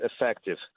effective